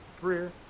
career